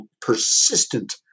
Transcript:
persistent